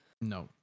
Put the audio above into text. no